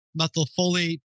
methylfolate